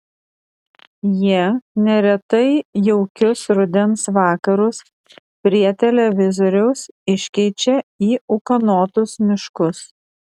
jie neretai jaukius rudens vakarus prie televizoriaus iškeičia į ūkanotus miškus